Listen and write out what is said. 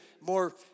more